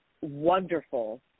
wonderful